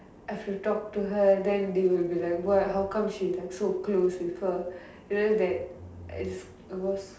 I have to talk to her then they will be like what how come she is like so close with her then that is was